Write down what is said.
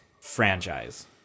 franchise